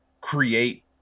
create